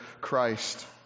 Christ